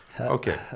Okay